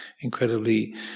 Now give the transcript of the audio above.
incredibly